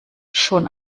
schon